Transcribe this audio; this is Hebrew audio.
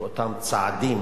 באותם צעדים